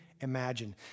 imagine